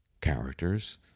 characters